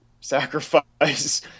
sacrifice